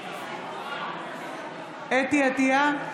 אתי עטייה,